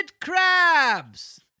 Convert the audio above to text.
crabs